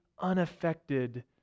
unaffected